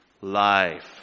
Life